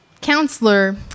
counselor